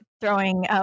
throwing